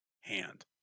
Hand